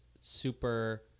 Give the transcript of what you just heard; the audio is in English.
super